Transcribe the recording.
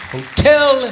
Hotel